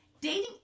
Dating